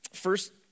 First